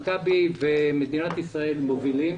מכבי ומדינת ישראל מובילים.